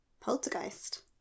Poltergeist